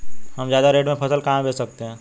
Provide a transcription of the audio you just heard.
हम ज्यादा रेट में फसल कहाँ बेच सकते हैं?